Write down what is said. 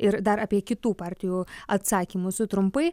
ir dar apie kitų partijų atsakymus trumpai